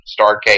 Starcade